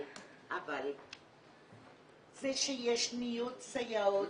אבל זה שיש ניוד סייעות,